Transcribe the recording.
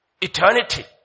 eternity